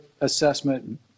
assessment